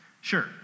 Sure